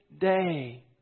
day